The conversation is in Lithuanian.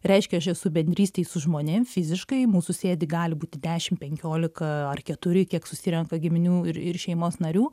reiškia aš esu bendrystėj su žmonėm fiziškai mūsų sėdi gali būti dešim penkiolika ar keturi kiek susirenka giminių ir ir šeimos narių